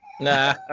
Nah